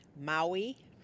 Maui